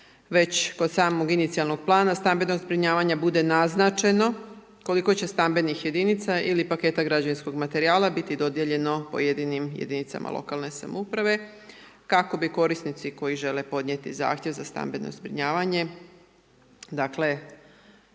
već kod samog inicijalnog plana stambenog zbrinjavanja bude naznačeno koliko će stambenih jedinica ili paketa građevinskog materijala biti dodijeljeno pojedinim jedinicama lokalne samouprave kako bi korisnici koji žele podnijeti zahtjev za stambeno zbrinjavanje. Dakle,